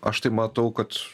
aš tai matau kad